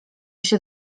się